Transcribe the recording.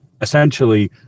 essentially